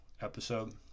episode